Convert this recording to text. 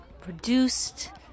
produced